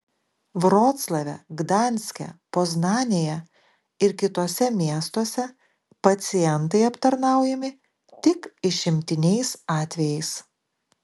vroclave gdanske poznanėje ir kituose miestuose pacientai aptarnaujami tik išimtiniais atvejais